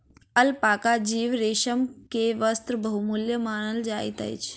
alpaca जीवक रेशम के वस्त्र बहुमूल्य मानल जाइत अछि